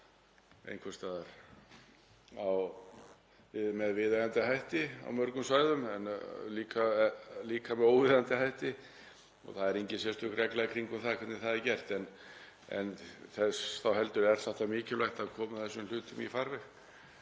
einhvers staðar með viðeigandi hætti á mörgum svæðum, en líka með mjög óviðeigandi hætti, og það er engin sérstök regla í kringum það hvernig það er gert. En þess þá heldur er mikilvægt að koma þessum hlutum í farveg